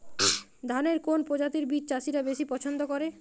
ধানের কোন প্রজাতির বীজ চাষীরা বেশি পচ্ছন্দ করে?